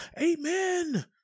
amen